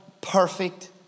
perfect